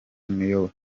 niyo